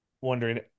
wondering